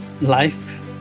life